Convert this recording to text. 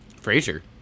Frazier